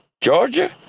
Georgia